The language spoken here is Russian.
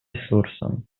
ресурсом